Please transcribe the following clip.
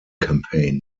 campaign